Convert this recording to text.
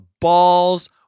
balls